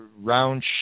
round